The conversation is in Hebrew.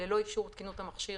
ללא אישור תקינות המכשיר,